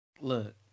Look